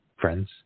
friends